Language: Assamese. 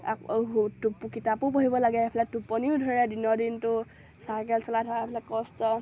টোপ কিতাপো পঢ়িব লাগে এইফালে টোপনিও ধৰে দিনৰ দিনটো চাইকেল চলাই থকা এইফালে কষ্ট